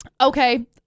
Okay